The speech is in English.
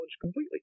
completely